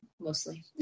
mostly